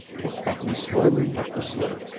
kept backing slowly up the slope,